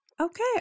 Okay